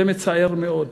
זה מצער מאוד.